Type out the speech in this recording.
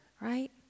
right